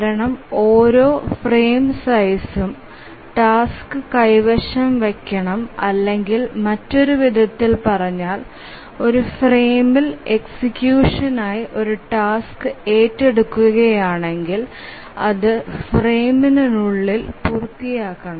കാരണം ഓരോ ഫ്രെയിം സൈസ്ഉം ടാസ്ക് കൈവശം വയ്ക്കണം അല്ലെങ്കിൽ മറ്റൊരു വിധത്തിൽ പറഞ്ഞാൽ ഒരു ഫ്രെയിമിൽ എക്സിക്യൂഷനായി ഒരു ടാസ്ക് ഏറ്റെടുക്കുകയാണെങ്കിൽ അത് ഫ്രെയിമിനുള്ളിൽ പൂർത്തിയാക്കണം